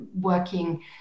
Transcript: working